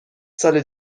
سال